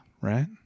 Right